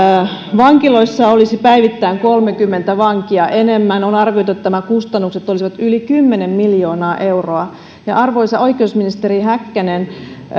vankiloissa olisi päivittäin kolmekymmentä vankia enemmän on arvioitu että tämän kustannukset olisivat yli kymmenen miljoonaa euroa arvoisa oikeusministeri häkkänen